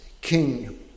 King